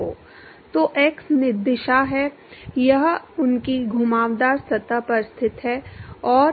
तो x दिशा है यह उनकी घुमावदार सतह पर स्थित है और